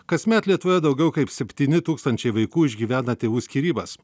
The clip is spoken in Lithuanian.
kasmet lietuvoje daugiau kaip septyni tūkstančiai vaikų išgyvena tėvų skyrybas